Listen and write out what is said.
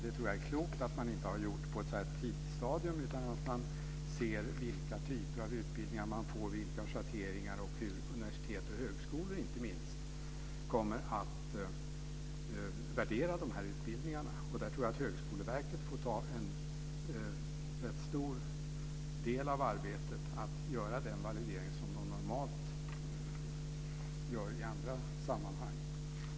Det tror jag är klokt att man inte gjort det på ett så här tidigt stadium utan ser vilka typer av utbildningar man får, vilka schatteringar och hur universitet och högskolor inte minst kommer att värdera de här utbildningarna. Där tror jag att Högskoleverket får ta en rätt stor del av arbetet och göra den validering som de normalt gör i andra sammanhang.